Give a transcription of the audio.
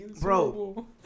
Bro